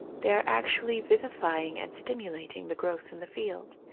they are actually vivi fying and stimulating the growth in the field.